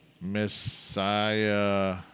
Messiah